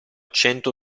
cento